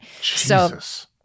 Jesus